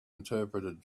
interpreted